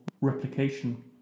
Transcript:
replication